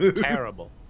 Terrible